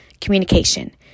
Communication